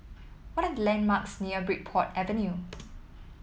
what are the landmarks near Bridport Avenue